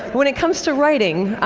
when it comes to writing,